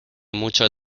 mucho